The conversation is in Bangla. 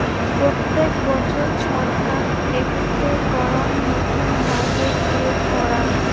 প্রত্যেক বছর ছরকার একটো করাং নতুন বাজেট বের করাং